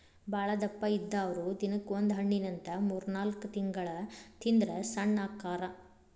ಬಾಳದಪ್ಪ ಇದ್ದಾವ್ರು ದಿನಕ್ಕ ಒಂದ ಹಣ್ಣಿನಂತ ಮೂರ್ನಾಲ್ಕ ತಿಂಗಳ ತಿಂದ್ರ ಸಣ್ಣ ಅಕ್ಕಾರ